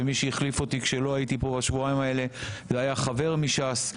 ומי שהחליף אותי כשלא הייתי פה בשבועיים האלה זה היה חבר מש"ס,